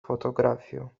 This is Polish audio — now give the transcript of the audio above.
fotografię